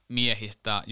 miehistä